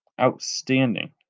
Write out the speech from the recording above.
outstanding